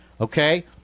Okay